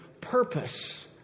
purpose